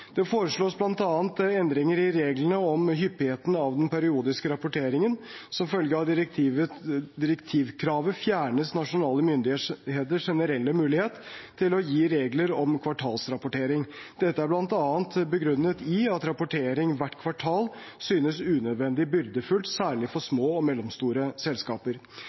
Det foreslås bl.a. endringer i reglene om hyppigheten av den periodiske rapporteringen. Som følge av at direktivkravet fjernes nasjonale myndigheters generelle mulighet til å gi regler om kvartalsrapportering. Dette er bl.a. begrunnet i at rapportering hvert kvartal synes unødvendig byrdefullt, særlig for små og mellomstore selskaper.